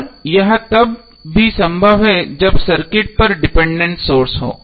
और यह तब भी संभव है जब सर्किट पर डिपेंडेंट सोर्स हो